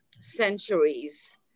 centuries